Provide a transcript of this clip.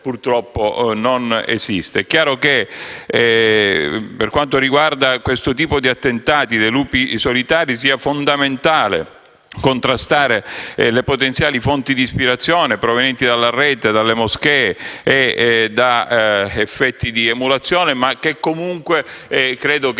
purtroppo non esiste.